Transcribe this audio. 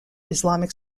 islamic